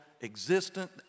existent